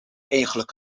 eigenlijk